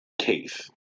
case